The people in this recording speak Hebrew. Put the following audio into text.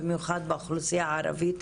במיוחד באוכלוסייה הערבית,